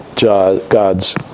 God's